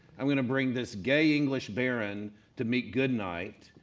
i'm going to bring this gay english barren to meet goodnight,